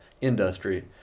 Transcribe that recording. industry